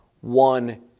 one